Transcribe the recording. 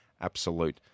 absolute